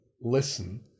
listen